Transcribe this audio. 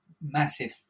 massive